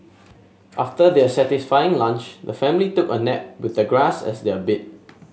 after their satisfying lunch the family took a nap with the grass as their bed